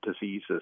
diseases